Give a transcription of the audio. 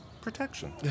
protection